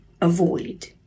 avoid